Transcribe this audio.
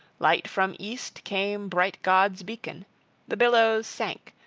light from east, came bright god's beacon the billows sank,